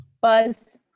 Buzz